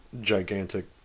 gigantic